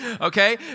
Okay